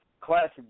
classic